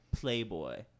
playboy